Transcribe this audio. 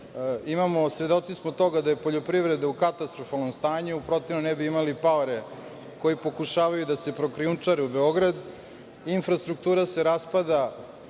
Svedoci smo toga da je poljoprivreda u katastrofalnom stanju, u protivnom ne bi imali paore koji pokušavaju da se prokrijumčare u Beograd. Infrastruktura se raspada